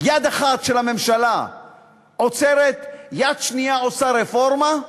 יד אחת של הממשלה עוצרת, יד שנייה עושה רפורמה,